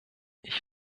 ich